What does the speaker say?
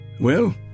Well